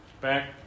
back